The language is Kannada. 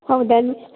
ಹೌದೇನು